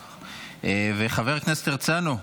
חבר הכנסת הרצנו,